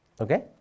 Okay